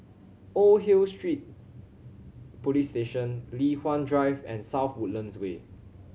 Old Hill Street Police Station Li Hwan Drive and South Woodlands Way